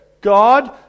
God